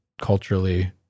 culturally